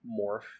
morph